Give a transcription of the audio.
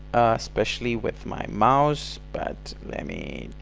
especially with my mouse but lemme i mean